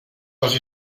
les